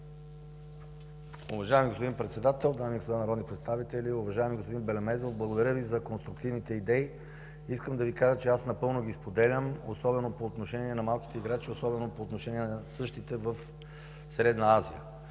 Уважаеми господин Председател, дами и господа народни представители! Уважаеми господин Белемезов, благодаря Ви за конструктивните идеи. Искам да Ви кажа, че аз напълно ги споделям, особено по отношение на малките играчи, особено по отношение на същите в Средна Азия.